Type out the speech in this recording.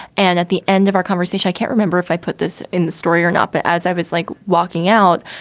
and at the end of our conversation, i can't remember if i put this in the story or not, but as i was like walking out,